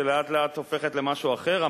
שלאט-לאט הופכת למשהו אחר,